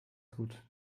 gut